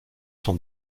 sont